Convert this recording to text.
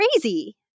crazy